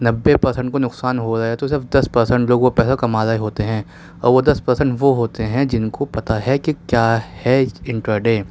نبھے percent کو نقصان ہو رہا ہے تو صرف دس پرسنٹ لوگ وہ پیسہ کما رہے ہوتے ہیں اور وہ دس پرسنٹ وہ ہوتے ہیں جن کو پتہ ہے کہ کیا ہے انٹر ڈے